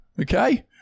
okay